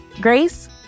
Grace